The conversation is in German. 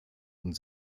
und